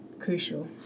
crucial